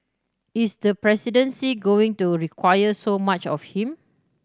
is the presidency going to require so much of him